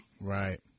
Right